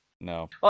No